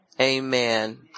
Amen